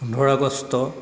পোন্ধৰ আগষ্ট